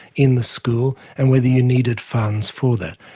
in the school and whether you needed funds for that.